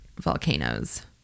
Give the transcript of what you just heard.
volcanoes